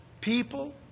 people